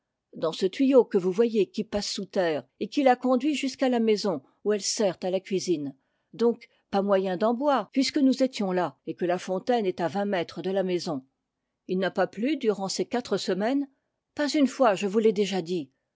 dans ce tuyau que vous voyez qui passe sous terre et qui la conduit jusqu'à la maison où elle sert à la cuisine donc pas moyen d'en boire puisque nous étions là et que la fontaine est à vingt mètres de la maison il n'a pas plu durant ces quatre semaines pas une fois je vous l'ai déjà dit